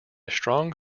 strong